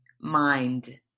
mind